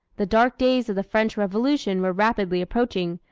the dark days of the french revolution were rapidly approaching,